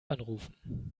anrufen